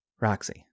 Roxy